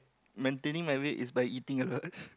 maintain my weight is by eating a lot